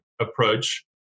approach